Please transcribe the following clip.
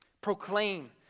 proclaim